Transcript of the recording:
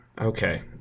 okay